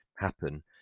happen